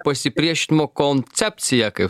pasipriešinimo koncepcija kaip